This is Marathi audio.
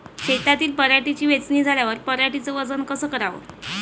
शेतातील पराटीची वेचनी झाल्यावर पराटीचं वजन कस कराव?